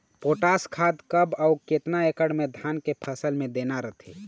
Potash खाद कब अऊ केतना एकड़ मे धान के फसल मे देना रथे?